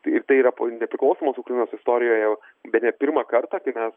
ir tai yra po nepriklausomos ukrainos istorijoje bene pirmą kartą kai mes